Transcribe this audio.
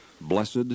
blessed